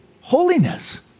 holiness